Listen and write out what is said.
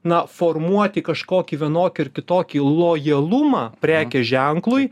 na formuoti kažkokį vienokį ar kitokį lojalumą prekės ženklui